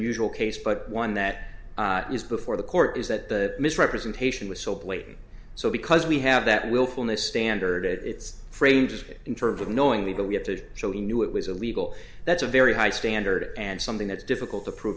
unusual case but one that is before the court is that the misrepresentation was so blatant because we have that wilfulness standard it's framed in terms of knowing that we have to show he knew it was illegal that's a very high standard and something that's difficult to prove